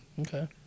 Okay